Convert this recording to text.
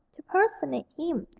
to personate him,